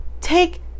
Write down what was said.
take